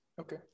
Okay